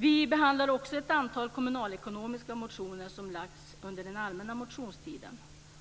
Vi behandlar också ett antal kommunalekonomiska motioner som lagts under den allmänna motionstiden.